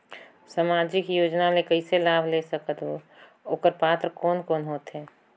समाजिक योजना ले कइसे लाभ ले सकत बो और ओकर पात्र कोन कोन हो थे?